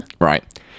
Right